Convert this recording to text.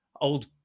old